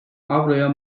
avroya